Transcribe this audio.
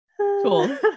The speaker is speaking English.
Cool